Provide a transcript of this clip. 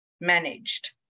managed